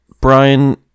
Brian